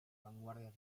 vanguardia